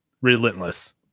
relentless